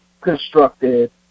constructed